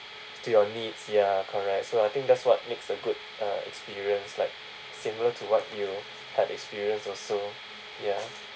to your needs ya correct so I think that's what makes a good uh experience like similar to what you had experience also ya